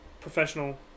professional